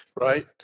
right